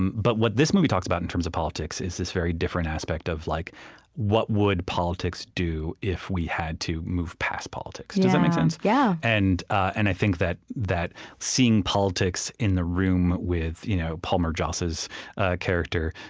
but what this movie talks about in terms of politics is this very different aspect of like what would politics do if we had to move past politics? does that make sense? yeah and and i think that that seeing politics in the room with you know palmer joss's character,